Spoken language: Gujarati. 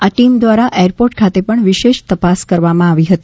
આ ટીમ દ્વારા એરપોર્ટ ખાતે પણ વિશેષ તપાસ કરવામાં આવી હતી